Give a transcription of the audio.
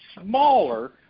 smaller